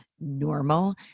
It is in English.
normal